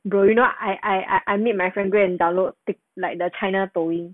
you know I I made my friend go and download tik~ like the china 抖音